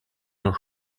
your